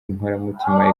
inkoramutima